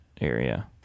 area